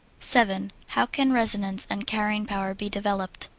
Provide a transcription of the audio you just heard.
seven. how can resonance and carrying power be developed?